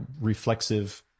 reflexive